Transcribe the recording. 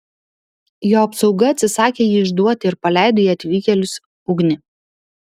jo apsauga atsisakė jį išduoti ir paleido į atvykėlius ugnį